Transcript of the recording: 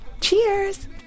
Cheers